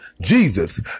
Jesus